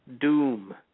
Doom